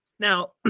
Now